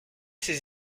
ses